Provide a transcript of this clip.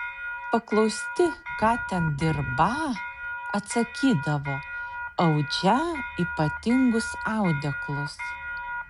paklausti ką ten dirbą atsakydavo audžią ypatingus audeklus